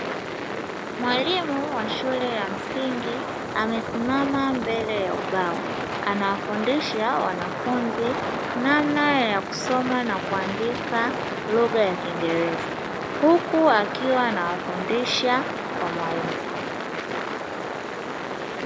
Mwalimu wa shule ya msingi amesimama mbele ya ubao. Anawafundisha wanafunzi namna ya kusoma na kuandika lugha ya Kiingereza, huku akiwa anawafundisha kwa maumbo.